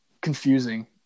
confusing